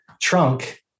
trunk